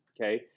Okay